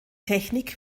technik